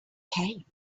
cape